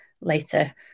later